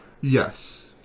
yes